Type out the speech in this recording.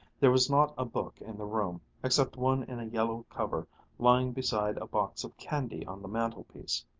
there was not a book in the room, except one in a yellow cover lying beside a box of candy on the mantelpiece,